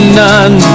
none